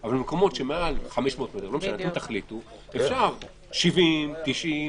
אבל במקומות מעל 500 מטר אפשר יותר 70, 90?